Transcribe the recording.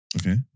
Okay